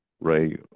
Ray